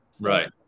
Right